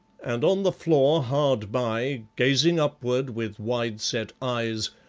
and on the floor hard by, gazing upward with wide-set eyes,